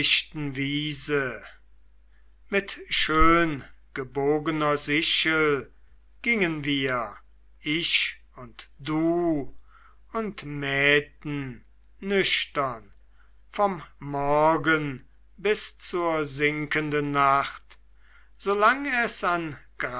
mit schöngebogener sichel gingen wir ich und du und mähten nüchtern vom morgen bis zur sinkenden nacht solang es an